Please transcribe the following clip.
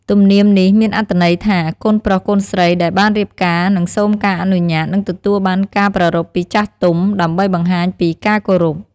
ទំនៀមនេះមានអត្ថន័យថា កូនប្រុសកូនស្រីដែលបានរៀបការនឹងសូមការអនុញ្ញាត និងទទួលបានការប្រារព្ធពីចាស់ទុំ ដើម្បីបង្ហាញពីការគោរព។